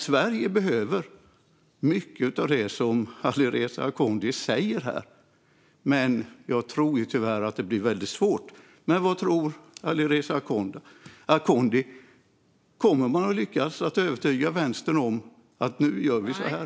Sverige behöver mycket av det som Alireza Akhondi tar upp här, men jag tror tyvärr att det blir väldigt svårt. Vad tror Alireza Akhondi? Kommer man att lyckas övertala Vänstern att göra så här?